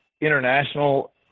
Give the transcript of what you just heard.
international